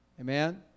amen